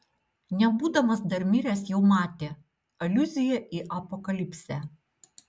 nebūdamas dar miręs jau matė aliuzija į apokalipsę